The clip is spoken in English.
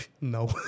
No